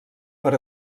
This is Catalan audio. per